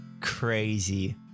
crazy